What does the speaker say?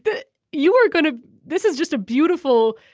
but you were going to this is just a beautiful,